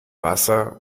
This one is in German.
wasser